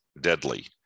deadly